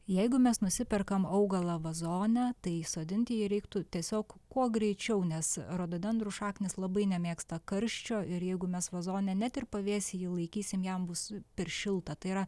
jeigu mes nusiperkam augalą vazone tai sodinti jį reiktų tiesiog kuo greičiau nes rododendrų šaknys labai nemėgsta karščio ir jeigu mes vazone net ir pavėsy jį laikysim jam bus per šilta tai yra